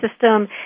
system